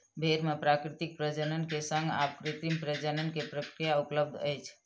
भेड़ मे प्राकृतिक प्रजनन के संग आब कृत्रिम प्रजनन के प्रक्रिया उपलब्ध अछि